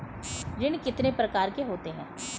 ऋण कितने प्रकार के होते हैं?